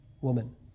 woman